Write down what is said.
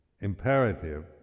imperative